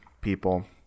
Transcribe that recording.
people